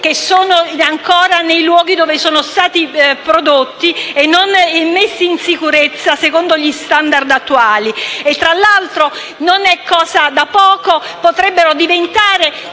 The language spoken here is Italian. che sono ancora nei luoghi dove sono stati prodotti senza essere messi in sicurezza secondo gli *standard* attuali. Tra l'altro - e non è cosa da poco - questi potrebbero diventare